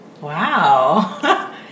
wow